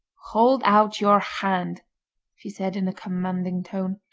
hold out your hand she said in a commanding tone.